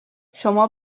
شما